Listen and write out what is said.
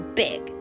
big